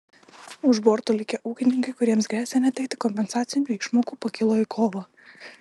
už borto likę ūkininkai kuriems gresia netekti kompensacinių išmokų pakilo į kovą